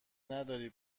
نداری